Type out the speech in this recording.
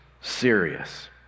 serious